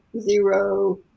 zero